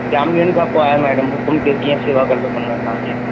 जाम ॾींहंनि खां पोइ आया आहियो मैडम हुकुमु कयो कीअं सेवा करे सघंदो आहियां तव्हांजी